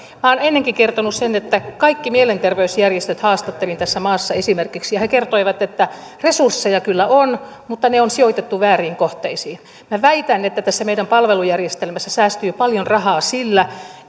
olen ennenkin kertonut sen että kaikki mielenterveysjärjestöt haastattelin tässä maassa esimerkiksi ja he kertoivat että resursseja kyllä on mutta ne on sijoitettu vääriin kohteisiin minä väitän että tässä meidän palvelujärjestelmässä säästyy paljon rahaa sillä